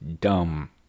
dumb